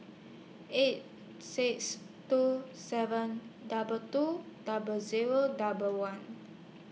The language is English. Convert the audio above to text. eight six two seven double two double Zero double one